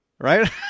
right